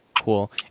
cool